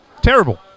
terrible